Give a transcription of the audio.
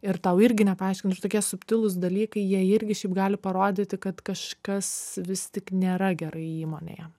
ir tau irgi nepaaiškina ir tokie subtilūs dalykai jie irgi šiaip gali parodyti kad kažkas vis tik nėra gerai įmonėje